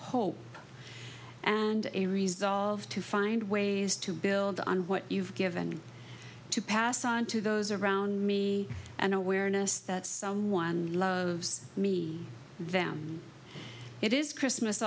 hope and a resolve to find ways to build on what you've given me to pass on to those around me and awareness that someone me them it is christmas